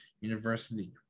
University